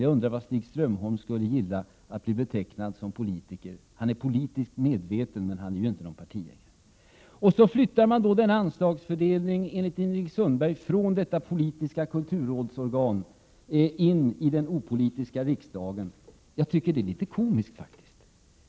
Jag undrar vad Stig Strömholm skulle gilla att bli betecknad som politiker. Han är politiskt medveten, men han är ju inte någon partipolitiker. Så vill Ingrid Sundberg flytta denna anslagsfördelning från det ”politiska” kulturrådet in i den ”opolitiska” riksdagen! Jag tycker faktiskt att detta är litet komiskt.